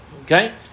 Okay